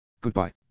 Goodbye